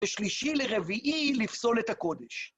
בשלישי לרביעי לפסול את הקודש.